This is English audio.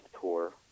tour